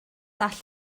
all